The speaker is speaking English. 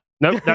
No